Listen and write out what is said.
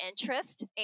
interest